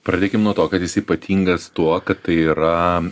pradėkim nuo to kad jis ypatingas tuo kad tai yra